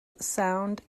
sound